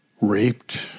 raped